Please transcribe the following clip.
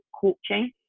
coaching